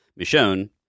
Michonne –